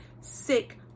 sick